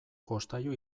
jostailu